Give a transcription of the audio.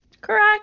Correct